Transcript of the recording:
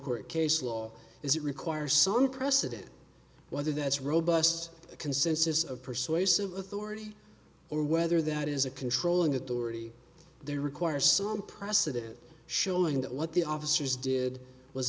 court case law is it requires some precedent whether that's robust consensus of persuasive authority or whether that is a controlling authority they require some precedent showing that what the officers did was